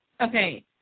Okay